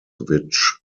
which